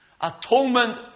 Atonement